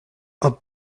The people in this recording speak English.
are